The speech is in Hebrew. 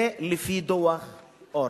זה לפי דוח-אור.